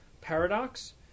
paradox